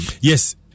yes